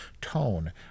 tone